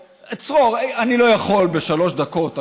צרור, אני לא יכול בשלוש דקות הכול.